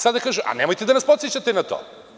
Sada kaže – nemojte da nas podsećate na to.